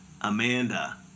Amanda